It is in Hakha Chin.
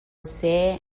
seh